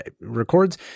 records